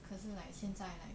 可是 like 现在 like